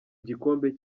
gikombe